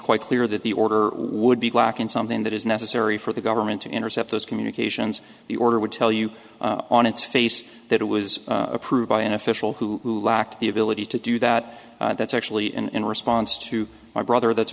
quite clear that the order would be black in something that is necessary for the government to intercept those communications the order would tell you on its face that it was approved by an official who lacked the ability to do that that's actually in response to our brother that's